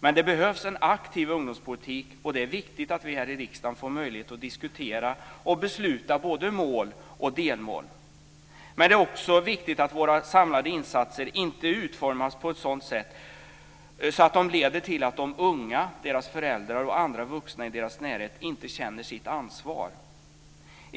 men det behövs en aktiv ungdomspolitik, och det är viktigt att vi här i riksdagen får möjlighet att diskutera och besluta om både mål och delmål. Men det är också viktigt att våra samlade insatser inte utformas på ett sådant sätt att de leder till att de unga, deras föräldrar och andra vuxna i deras närhet inte känner sitt ansvar.